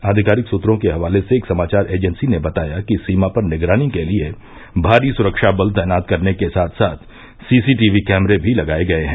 आधिकारिक सुत्रों के हवाले से एक समाचार एजेंसी ने बताया कि सीमा पर निगरानी के लिये भारी सुरक्षा बल तैनात करने के साथ साथ सीसी टीवी कैमरे भी लगाये गये हैं